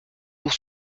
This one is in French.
pour